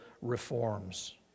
reforms